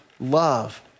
love